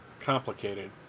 complicated